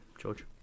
George